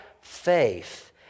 faith